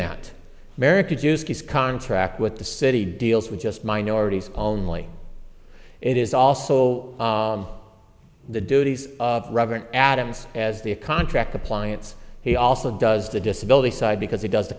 that american jews contract with the city deals with just minorities only it is also the duties of robert adams as the a contract compliance he also does the disability side because he does the